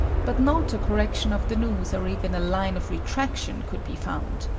but not a correction of the news or even a line of retraction could be found.